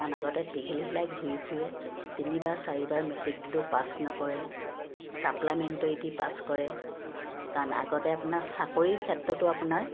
কাৰণ আগতে টিঘিলঘিলাই ঘূৰি ফূৰে তিনিবাৰ চাৰিবাৰ মেট্ৰিক দিলেও পাছ নকৰে চাপ্লাইমেণ্টৰিটি পাছ কৰে কাৰণ আগতে আপোনাৰ চাকৰিৰ ক্ষেত্ৰতো আপোনাৰ